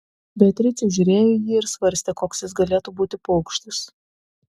beatričė žiūrėjo į jį ir svarstė koks jis galėtų būti paukštis